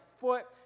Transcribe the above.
foot